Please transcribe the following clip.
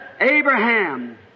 Abraham